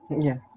Yes